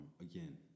again